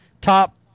top